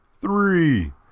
three